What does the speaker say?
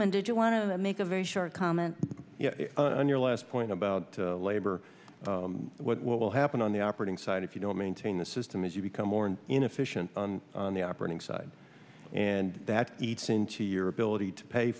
minded you want to make a very short comment on your last point about labor what will happen on the operating side if you don't maintain the system as you become more and inefficient on the operating side and that eats into your ability to pay